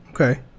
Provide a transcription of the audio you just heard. Okay